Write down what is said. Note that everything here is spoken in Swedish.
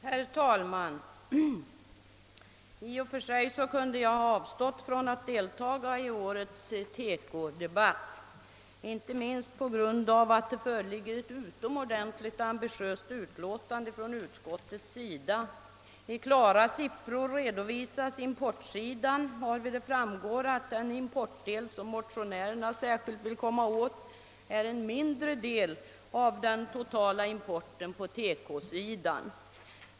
Herr talman! I och för sig kunde jag ha avstått från att delta i årets TEKO debatt, inte minst på grund av att det föreligger ett utomordentligt ambitiöst utlåtande från utskottet. I klara siffror redovisas importen, och där framgår att den importdel som motionärerna särskilt vill komma åt är en mindre del av den totala importen på TEKO sidan.